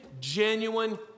genuine